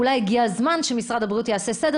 אולי הגיע הזמן שמשרד הבריאות יעשה סדר